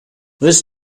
this